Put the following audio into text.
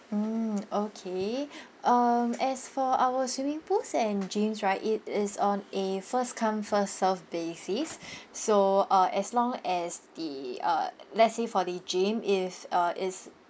mm okay um as for our swimming pools and gyms right it is on a first come first served basis so uh as long as the uh let's say for the gym if uh it's